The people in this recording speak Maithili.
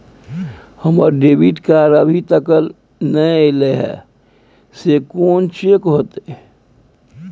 हमर डेबिट कार्ड अभी तकल नय अयले हैं, से कोन चेक होतै?